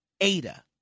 Ada